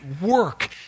work